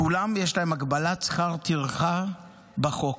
לכולם יש הגבלת שכר טרחה בחוק.